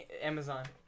amazon